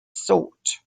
sort